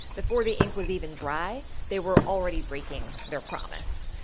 before the ink was even dry, they were already breaking their promise.